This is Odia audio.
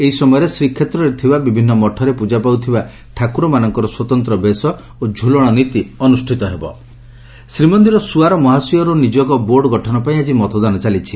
ଏହି ସମୟରେ ଶ୍ରୀକ୍ଷେତ୍ରରେ ଥିବା ବିଭିନୁ ମଠରେ ପ୍ରଜାପାଉଥିବା ଠାକୁରମାନଙ୍କର ସ୍ୱତନ୍ତ ବେଶ ଓ ଝୁଲଣ ନୀତି ଅନୁଷ୍ଟିତ ହେବ ସ୍ବଆର ନିର୍ବାଚନ ଶ୍ରୀମନ୍ଦିର ସୁଆର ମହାସୁଆର ନିଯୋଗ ବୋର୍ଡ ଗଠନ ପାଇଁ ଆକି ମତଦାନ ଚାଲିଛି